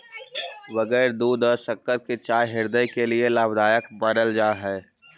बगैर दूध और शक्कर की चाय हृदय के लिए लाभदायक मानल जा हई